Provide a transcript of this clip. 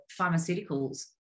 pharmaceuticals